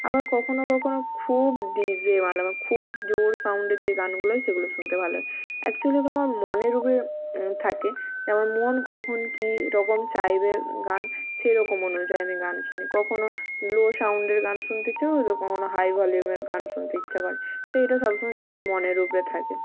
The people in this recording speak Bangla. আবার কখনো কখনো খুব ডিজে মানে আমার খুব জোর সাউন্ডের যে গানগুলো হয় সেগুলো শুনতে ভাল লাগে অ্যাকচুয়ালি ওগুলো আমার মনের উপরে থাকে যে আমার মন কখন কীরকম চাইবে গান সেই রকম অনুযায়ী আমি গান শুনি কখনো লো সাউন্ডের গান শুনতে ইচ্ছা করে তো কখনো হাই ভলিউমের গান শুনতে ইচ্ছা করে তো এটা সব সময় নিজের মনের উপরে থাকে